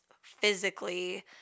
physically